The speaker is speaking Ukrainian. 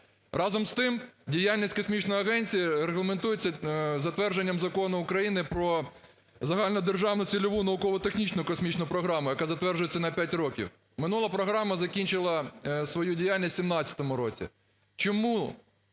Разом з тим, діяльність Космічної агенції регламентується затвердженням Закону України "Про загальнодержавну цільову науково-технічну космічну програму", яка затверджується на 5 років. Минула програма закінчила свою діяльність в 2017 році. Чому